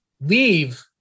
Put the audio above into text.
leave